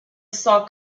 saw